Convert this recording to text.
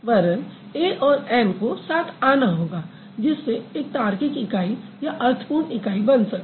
वरन ए और ऐन को साथ आना होगा जिससे एक तार्किक इकाई या अर्थ पूर्ण इकाई बन सके